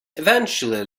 eventually